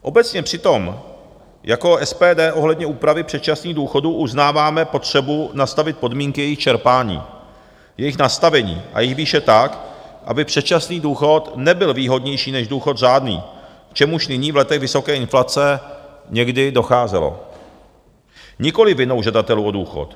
Obecně přitom jako SPD ohledně úpravy předčasných důchodů uznáváme potřebu nastavit podmínky jejich čerpání, jejich nastavení a jejich výše tak, aby předčasný důchod nebyl výhodnější než důchod řádný, k čemuž nyní v letech vysoké inflace někdy docházelo nikoliv vinou žadatelů o důchod.